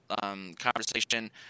conversation